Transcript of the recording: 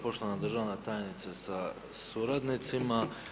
Poštovana državna tajnice sa suradnicima.